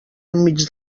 enmig